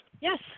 Yes